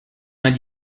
vingt